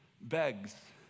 begs